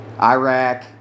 Iraq